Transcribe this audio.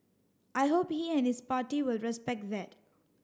I hope he and his party will respect that